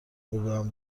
بگویم